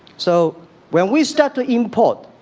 so when we start to import?